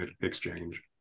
exchange